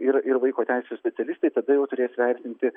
ir ir vaiko teisių specialistai tada jau turės vertinti